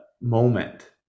moment